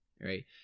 right